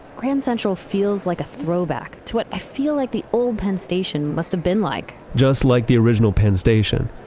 grand central feels like a throwback to what i feel like the old penn station must have been like just like the original penn station,